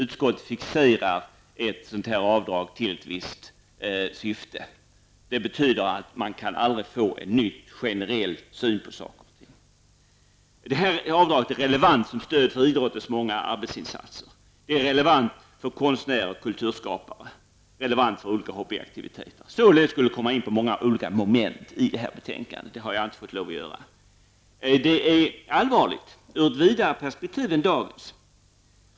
Utskottet fixerar ett avdrag till ett visst syfte. Det betyder att man aldrig kan få en ny generell syn på saker och ting. Det här avdraget är relevant som stöd för idrottens många arbetsinsatser. Det är relevant för konstnärer och kulturskapare, liksom för olika hobbyaktiviteter. Således skulle det röra många olika moment i det här betänkandet, men jag får inte lov att komma in på detta. Det här är allvarligt ur ett vidare perspektiv än dagens.